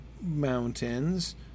Mountains